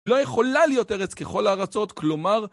לא יכולה להיות ארץ ככל הארצות, כלומר...